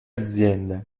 aziende